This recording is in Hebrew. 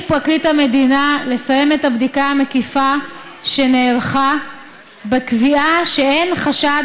פרקליט המדינה לסיים את הבדיקה המקיפה שנערכה בקביעה שאין חשד